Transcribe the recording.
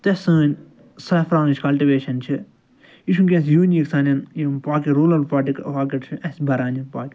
تہٕ سٲنۍ سیفرانٕچۍ کَلٹِویشَن چھِ یہِ چھِ وُنٛکیٚس یوٗنیٖک سانیٚن یِم چھِ اسہِ بھران یِم پاکیٚٹ